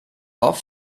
oft